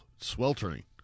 sweltering